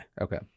Okay